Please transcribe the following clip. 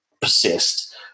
persist